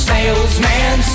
Salesman